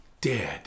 Dead